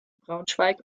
braunschweig